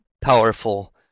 powerful